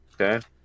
Okay